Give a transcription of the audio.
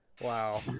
Wow